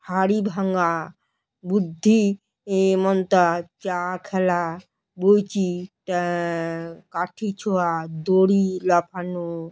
হাঁড়ি ভাঙা বুদ্ধি এ মন্তা চা খেলা বউচি কাঠি ছোঁয়া দড়ি লাফানো